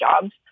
jobs